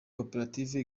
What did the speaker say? koperative